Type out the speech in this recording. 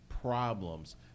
problems